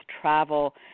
travel